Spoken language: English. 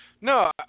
no